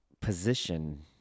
position